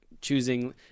choosing